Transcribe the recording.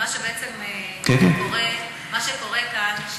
שקורה כאן,